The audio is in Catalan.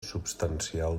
substancial